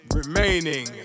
remaining